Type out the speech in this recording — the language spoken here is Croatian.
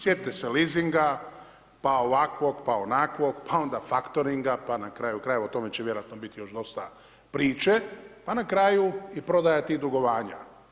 Sjetite se leasinga, pa ovakvog, pa onakvog, pa onda factoringa, pa na kraju krajeva o tome će vjerojatno biti još dosta priče, pa na kraju i prodaja tih dugovanja.